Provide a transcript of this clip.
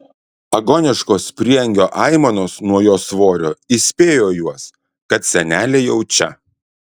agoniškos prieangio aimanos nuo jos svorio įspėjo juos kad senelė jau čia